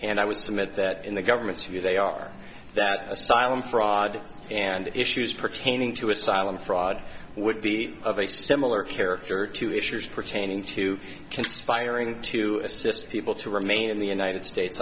and i would submit that in the government's view they are that asylum fraud and issues pertaining to asylum fraud would be of a similar character to issues pertaining to conspiring to assist people to remain in the united states